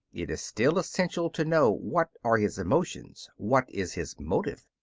it is still essential to know what are his emotions, what is his motive.